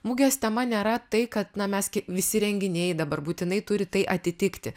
mugės tema nėra tai kad na mes visi renginiai dabar būtinai turi tai atitikti